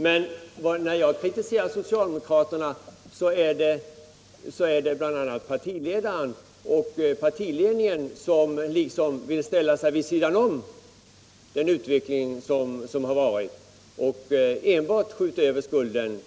Men min kritik mot socialdemokraterna riktar sig bl.a. mot partiledaren och partiledningen, som inte vill kännas vid sitt ansvar för den utveckling som skett och enbart skjuter över skulden